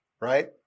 right